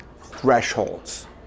thresholds